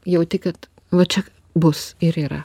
jauti kad va čia bus ir yra